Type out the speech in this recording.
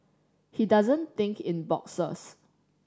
he doesn't think in boxes